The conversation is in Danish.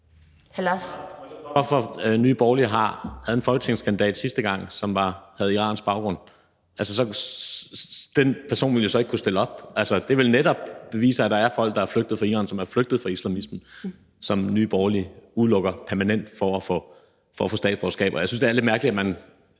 (S): Det er bare, fordi Nye Borgerlige havde en folketingskandidat ved sidste valg, som havde iransk baggrund, og den person ville jo så ikke kunne stille op. Altså, det beviser vel netop, at der er folk, der er flygtet fra Iran, og som er flygtet fra islamismen, men som Nye Borgerlige udelukker permanent fra at få statsborgerskab. Og jeg synes, det er lidt mærkeligt, at Nye